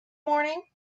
morning